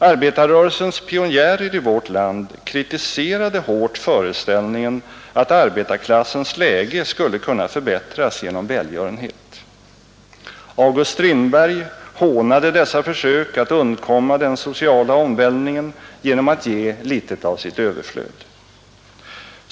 Arbetarrörelsens pionjärer i vårt land kritiserade hårt föreställningen att arbetarklassens läge skulle kunna förbättras genom välgörenhet. August Strindberg hånade dessa försök att undkomma den sociala omvälvningen genom att ge litet av sitt överflöd.